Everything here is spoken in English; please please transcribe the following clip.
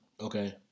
Okay